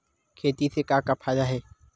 खेती से का का फ़ायदा हे?